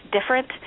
different